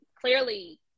clearly